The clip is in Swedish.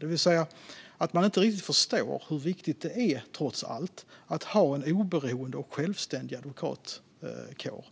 De förstår nog inte riktigt hur viktigt det är att ha en oberoende och självständig advokatkår